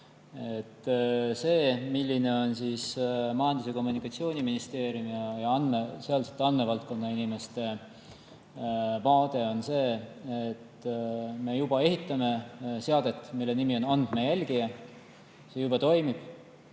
edasi minna. Majandus- ja Kommunikatsiooniministeeriumi ja sealsete andmevaldkonna inimeste vaade on see, et me juba ehitame seadet, mille nimi on andmejälgija. See juba toimib